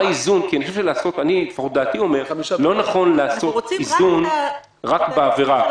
לא נכון לעשות איזון רק בעבירה,